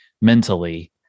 mentally